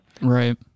right